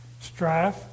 strife